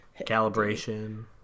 Calibration